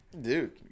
Dude